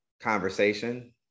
conversation